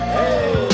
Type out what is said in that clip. Hey